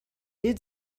did